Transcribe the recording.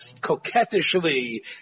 coquettishly